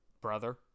brother